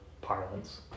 parlance